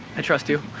i trust you.